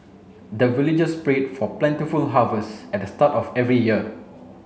the villagers pray for plentiful harvest at the start of every year